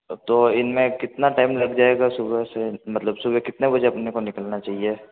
अब तो इन में कितना टाइम लग जाएगा सुबह से मतलब सुबह कितने बजे अपने निकलना चाहिए